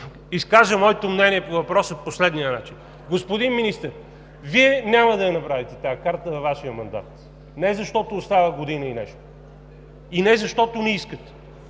изкажа моето мнение по въпроса по следния начин. Господин Министър, Вие няма да я направите тази карта във Вашия мандат – не защото остава година и нещо и не защото не искате,